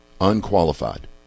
Unqualified